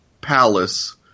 palace